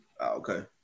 Okay